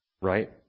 right